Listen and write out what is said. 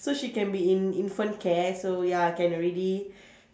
so she can be in infant care so ya can already